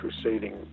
crusading